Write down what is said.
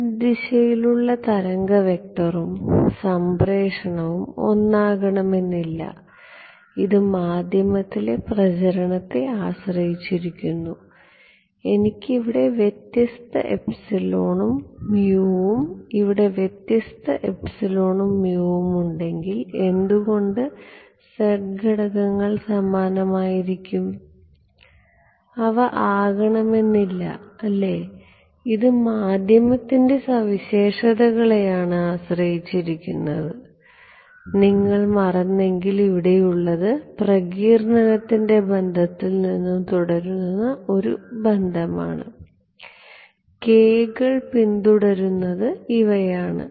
Z ദിശയിലുള്ള തരംഗ വെക്റ്ററും സംപ്രേഷണവും ഒന്നാകണം എന്നില്ല ഇത് മാധ്യമത്തിലെ പ്രചരണത്തെ ആശ്രയിച്ചിരിക്കുന്നു എനിക്ക് ഇവിടെ വ്യത്യസ്ത എപ്സിലോൺ മ്യു വും ഇവിടെ വ്യത്യസ്ത എപ്സിലോൺ മ്യു വും ഉണ്ടെങ്കിൽ എന്തുകൊണ്ട് z ഘടകങ്ങൾ സമാനമായിരിക്കും അവ ആകണമെന്നില്ല അല്ലേ ഇത് മാധ്യമത്തിൻറെ സവിശേഷതകളെ ആശ്രയിച്ചിരിക്കുന്നു നിങ്ങൾ മറന്നെങ്കിൽ ഇവിടെയുള്ളത് പ്രകീർണനത്തിൻറെ ബന്ധത്തിൽ നിന്നും തുടരുന്ന ഒരു ബന്ധമാണ് k കൾ പിന്തുടരുന്നത് ഇവയാണ്